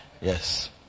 Yes